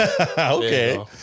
Okay